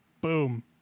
Boom